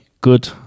good